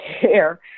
care